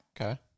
okay